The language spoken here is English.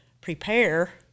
prepare